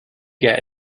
get